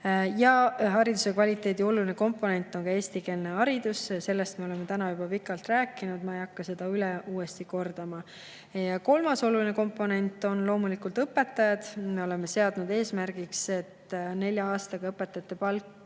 90. Hariduse kvaliteedi oluline komponent on ka eestikeelne haridus. Sellest me oleme täna juba pikalt rääkinud, ma ei hakka seda üle uuesti kordama. Kolmas oluline komponent on loomulikult õpetajad. Me oleme seadnud eesmärgiks, et nelja aastaga tõuseks õpetajate palk